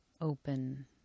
open